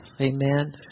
Amen